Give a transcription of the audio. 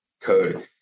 code